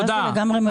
תודה רבה.